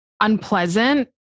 unpleasant